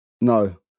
No